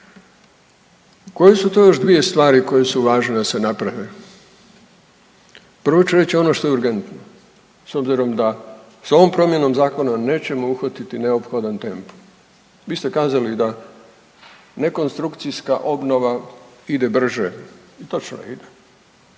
Koje su to još dvije stvari koje su važne da se naprave? Prvo ću reći ono što je urgentno s obzirom da s ovom promjenom zakona nećemo uhvatiti neophodan tempo. Vi ste kazali da ne konstrukcijska obnova ide brže, točno ide,